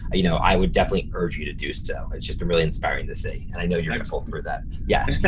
ah you know i would definitely urge you to do so. it's just really inspiring to see and i know you're gonna go so through that. yeah